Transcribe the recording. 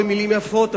במלים יפות,